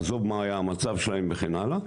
עזוב מה היה המצב שלהם וכן הלאה,